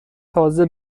تازه